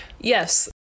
Yes